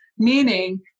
meaning